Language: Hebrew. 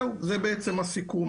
זה הסיכום.